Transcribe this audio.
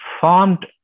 formed